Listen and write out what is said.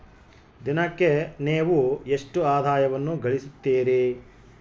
ದಿನಕ್ಕೆ ನೇವು ಎಷ್ಟು ಆದಾಯವನ್ನು ಗಳಿಸುತ್ತೇರಿ?